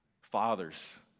fathers